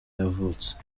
yavutse